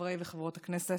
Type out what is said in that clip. חברי וחברות הכנסת,